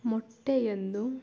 ಮೊಟ್ಟೆಯನ್ನು